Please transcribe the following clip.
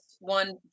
one